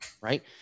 right